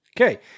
Okay